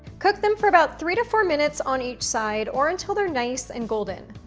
cook them for about three to four minutes on each side, or until they're nice and golden.